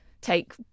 take